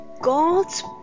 God's